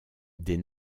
des